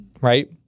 right